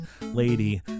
lady